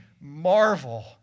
marvel